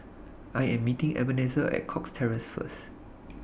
I Am meeting Ebenezer At Cox Terrace First